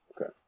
Okay